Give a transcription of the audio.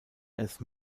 erst